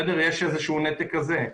יש איזשהו נתק כזה.